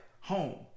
home